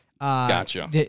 Gotcha